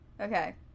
Okay